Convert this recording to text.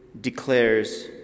declares